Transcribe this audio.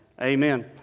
amen